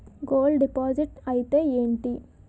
Gold deposit అంతే ఎంటి?